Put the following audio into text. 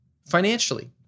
financially